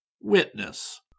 Witness